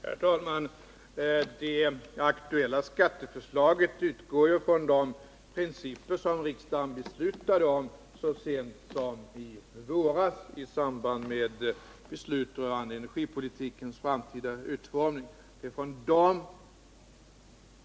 Herr talman! Det aktuella skatteförslaget utgår från de principer som riksdagen beslutade om så sent som i våras i samband med beslutet rörande energipolitikens framtida utformning.